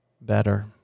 better